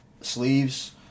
sleeves